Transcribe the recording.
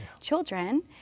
children